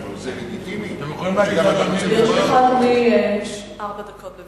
אדוני, ארבע דקות.